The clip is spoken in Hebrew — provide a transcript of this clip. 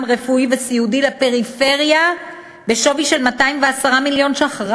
רפואי וסיעודי לפריפריה בשווי של 210 מיליון ש"ח,